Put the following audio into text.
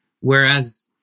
Whereas